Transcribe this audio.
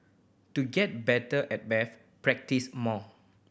to get better at maths practise more